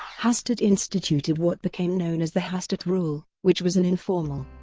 hastert instituted what became known as the hastert rule, which was an informal,